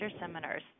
seminars